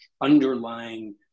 underlying